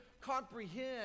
comprehend